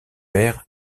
père